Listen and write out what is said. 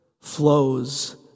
flows